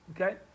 Okay